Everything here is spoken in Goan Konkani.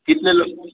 कितले लो